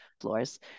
floors